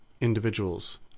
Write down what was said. individuals